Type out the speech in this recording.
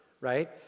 right